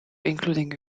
including